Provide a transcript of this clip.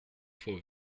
voor